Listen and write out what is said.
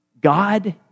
God